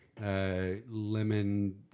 Lemon